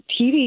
TV